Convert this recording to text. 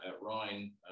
ryan